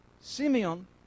Simeon